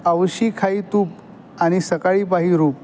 औशी खाई तूप आणि सकाळी पाही रूप